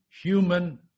human